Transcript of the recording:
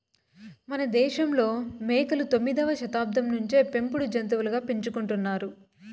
మనదేశంలో మేకలు తొమ్మిదవ శతాబ్దం నుంచే పెంపుడు జంతులుగా పెంచుకుంటున్నారు